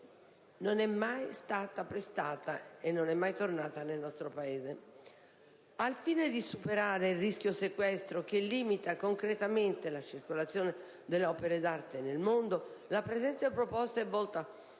non è mai stata prestata e non è mai tornata nel nostro Paese. Al fine di superare il rischio-sequestro, che limita concretamente la circolazione delle opere d'arte nel mondo, la presente proposta è volta